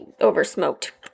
over-smoked